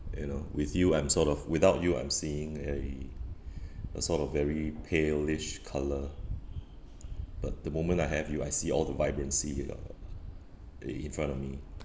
you know with you I'm sort of without you I'm seeing a a sort of very palish colour but the moment I have you I see all the vibrancy i~ in front of me